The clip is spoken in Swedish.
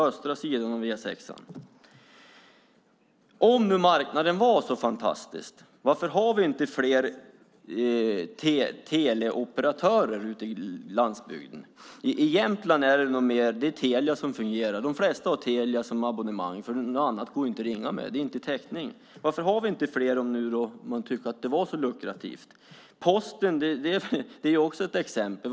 Om nu marknaden var så fantastisk - varför har vi då inte fler teleoperatörer ute i landsbygden? I Jämtland är det Telia som fungerar. De flesta har Teliaabonnemang, för något annat går inte att ringa med. Det finns ingen täckning. Varför har vi inte fler om man nu tycker att det är så lukrativt? Posten är också ett exempel.